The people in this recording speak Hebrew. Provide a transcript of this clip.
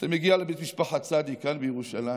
אתה מגיע לבית משפחת צדיק, כאן בירושלים,